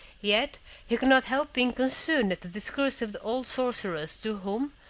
yet he could not help being concerned at the discourse of the old sorceress, to whom,